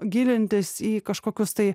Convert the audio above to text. gilintis į kažkokius tai